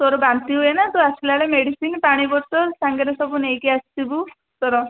ତୋର ବାନ୍ତି ହୁଏ ନା ତୁ ଆସିଲାବେଳେ ମେଡ଼ିସିନ୍ ପାଣି ବୋତାଲ୍ ସାଙ୍ଗରେ ସବୁ ନେଇକି ଆସିଥିବୁ ତୋର